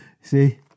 See